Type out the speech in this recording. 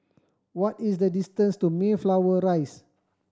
what is the distance to Mayflower Rise